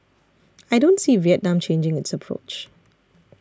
I don't see Vietnam changing its approach